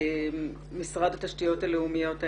משרד התשתיות הלאומיות,